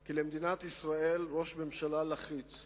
כי למדינת ישראל ראש ממשלה לחיץ,